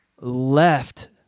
left